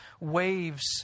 waves